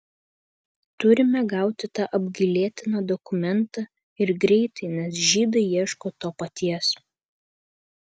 turime gauti tą apgailėtiną dokumentą ir greitai nes žydai ieško to paties